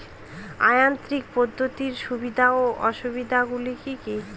অযান্ত্রিক পদ্ধতির সুবিধা ও অসুবিধা গুলি কি কি?